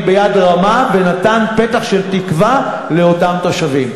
את זה ביד רמה ונתן פתח של תקווה לאותם תושבים.